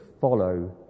follow